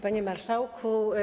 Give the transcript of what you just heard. Panie Marszałku!